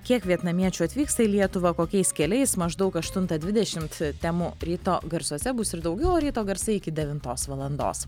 kiek vietnamiečių atvyksta į lietuvą kokiais keliais maždaug aštuntą dvidešimt temų ryto garsuose bus ir daugiau o ryto garsai iki devintos valandos